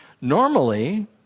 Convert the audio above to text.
normally